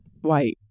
white